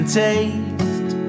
taste